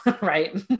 right